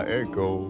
echo